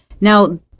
Now